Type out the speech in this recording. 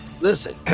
listen